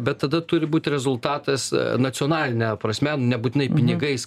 bet tada turi būti rezultatas nacionaline prasme ne būtinai pinigais